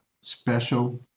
special